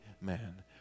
man